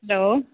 hello